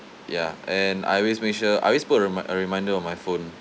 ya and I always make sure I always put a remin~ a reminder on my phone